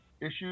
issues